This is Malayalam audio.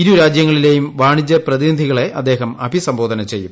ഇരുരാജ്യങ്ങളിലെയും വാണിജ്യ പ്രതിനിധികളെ അദ്ദേഹം അഭിസംബോധന ചെയ്യും